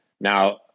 Now